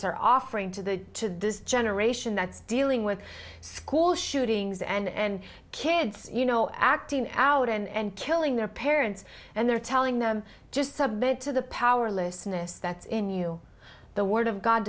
are offering to this generation that's dealing with school shootings and kids you know acting out and killing their parents and they're telling them just submit to the powerlessness that's in you the word of god